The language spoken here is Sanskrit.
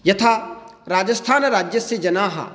यथा राजस्थानराज्यस्य जनाः